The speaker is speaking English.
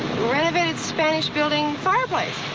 renovated spanish building, fireplace.